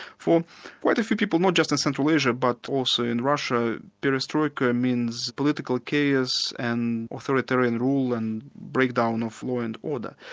for quite a few people, not just in central asia, but also in russia, perestroika means political chaos and authoritarian rule and breakdown of law and order.